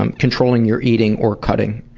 um controlling your eating, or cutting,